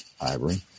Ivory